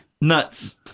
Nuts